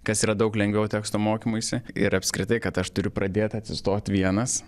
kas yra daug lengviau teksto mokymuisi ir apskritai kad aš turiu pradėt atsistot vienas